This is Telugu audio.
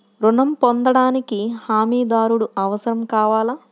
ఋణం పొందటానికి హమీదారుడు అవసరం కావాలా?